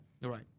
Right